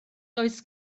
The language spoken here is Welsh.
does